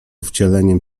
wcieleniem